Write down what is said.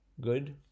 good